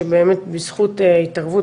שבאמת בזכות התערבות,